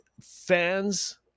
Fans